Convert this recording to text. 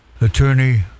attorney